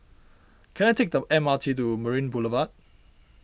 can I take the M R T to Marina Boulevard